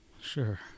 Sure